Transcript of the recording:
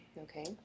Okay